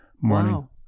morning